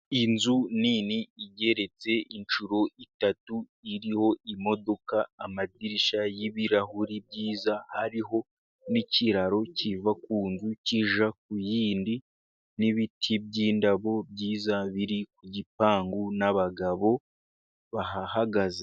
Inzu nini igereretse inshuro eshatu, iriho imodoka, amadirishya y'ibirahuri byiza, hariho n'ikiraro kiva ku nzu kijya ku yindi, n'ibiti by'indabo byiza biri ku gipangu, n'abagabo bahagaze.